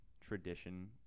tradition